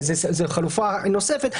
זו חלופה נוספת.